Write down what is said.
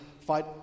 fight